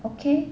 okay